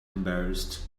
embarrassed